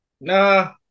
Nah